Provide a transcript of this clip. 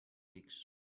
leaks